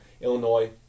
Illinois